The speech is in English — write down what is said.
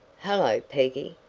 hello, peggy!